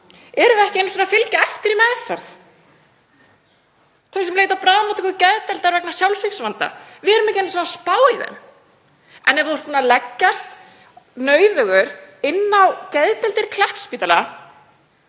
erum við ekki einu sinni að fylgja eftir í meðferð, þau sem leita á bráðamóttöku geðdeildar vegna sjálfsvígsvanda. Við erum ekki einu sinni að spá í þau en ef þú ert búinn að leggjast nauðugur inn á geðdeildir Kleppsspítala